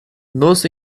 nos